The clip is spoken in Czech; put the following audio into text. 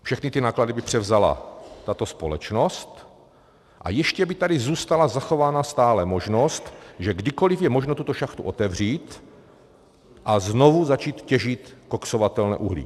Všechny náklady by převzala tato společnost a ještě by tady zůstala zachována stále možnost, že kdykoliv je možno tuto šachtu otevřít a znovu začít těžit koksovatelné uhlí.